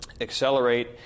accelerate